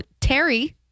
Terry